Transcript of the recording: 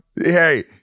Hey